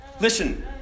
Listen